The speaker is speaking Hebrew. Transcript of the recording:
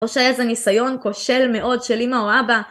או שהיה איזה ניסיון כושל מאוד של אמא או אבא.